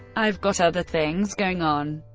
i've got other things going on.